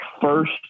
first